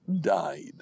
died